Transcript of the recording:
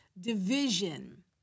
division